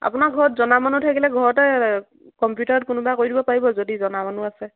আপোনাৰ ঘৰত জনা মানুহ থাকিলে ঘৰতে কম্পিউটাৰত কোনোবাই কৰি দিব পাৰিব যদি জনা মানুহ আছে